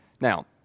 Now